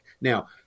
Now